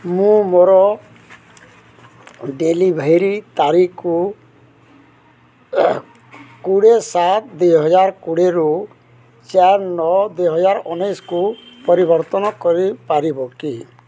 ମୁଁ ମୋର ଡେଲିଭରୀ ତାରିଖ କୋଡ଼ିଏ ସାତ ଦୁଇ ହଜାର କୋଡ଼ିଏରୁ ଚାରି ନଅ ଦୁଇ ହଜାର ଉଣେଇଶକୁ ପରିବର୍ତ୍ତନ କରିପାରିବ କି